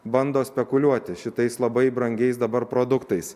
bando spekuliuoti šitais labai brangiais dabar produktais